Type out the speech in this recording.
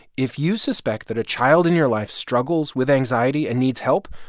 if you suspect that a child in your life struggles with anxiety and needs help,